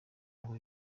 ngo